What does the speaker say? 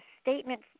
statement